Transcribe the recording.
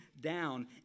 down